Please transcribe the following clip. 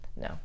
No